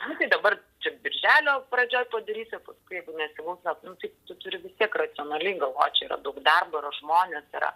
nu tai dabar čia birželio pradžioj padarysim o paskui jeigu nesigaus na tu taip tu turi tiek racionaliai galvot čia yra daug darbo yra žmonės yra